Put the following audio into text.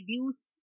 reduce